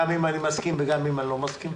גם אם אני מסכים וגם אם אני לא מסכים.